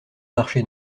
marché